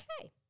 Okay